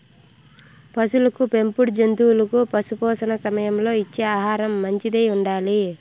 పసులకు పెంపుడు జంతువులకు పశుపోషణ సమయంలో ఇచ్చే ఆహారం మంచిదై ఉండాలి